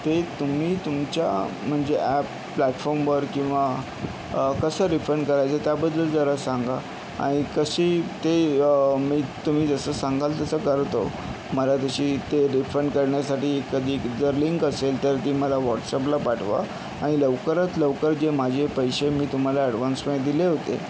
ते तुम्ही तुमच्या म्हणजे ॲप प्लॅटफॉर्मवर किंवा कसं रिफंड करायचं त्याबद्दल जरा सांगा आणि कशी ते मज् तुम्ही जसं सांगाल तसं करतो मला जशी ते रिफंड करण्यासाठी एखादी जर लिंक असेल तर ती मला व्हॉटसअपला पाठवा आणि लवकरात लवकर जे माझे पैसे मी तुम्हाला ॲडवान्समध्ये दिले होते